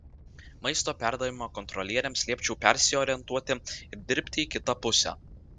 maisto perdavimo kontrolieriams liepčiau persiorientuoti ir dirbti į kitą pusę